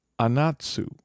Anatsu